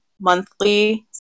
monthly